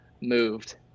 moved